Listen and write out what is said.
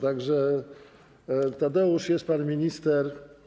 Tak że Tadeusz, jest pan minister.